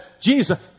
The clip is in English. Jesus